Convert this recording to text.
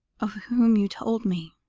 of whom you told me?